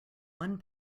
one